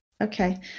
Okay